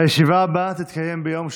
הישיבה הבאה תתקיים ביום שני,